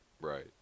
right